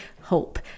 hope